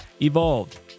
Evolved